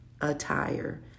attire